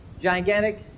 gigantic